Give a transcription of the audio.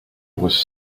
was